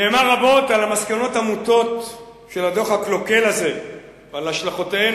נאמר רבות על המסקנות המוטות של הדוח הקלוקל הזה ועל השלכותיהן